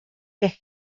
que